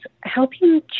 helping